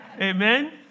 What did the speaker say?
Amen